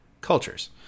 cultures